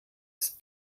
ist